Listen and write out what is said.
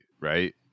right